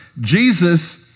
Jesus